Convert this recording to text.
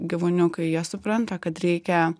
gyvūniukai jie supranta kad reikia